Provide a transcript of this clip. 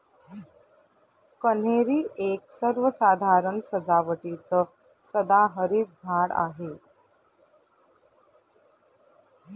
कन्हेरी एक सर्वसाधारण सजावटीचं सदाहरित झाड आहे